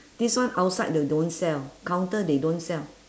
this one outside they don't sell counter they don't sell